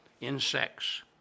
insects